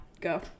Go